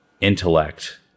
intellect